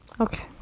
okay